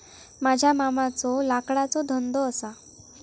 माझ्या मामाचो लाकडाचो धंदो असा